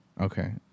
Okay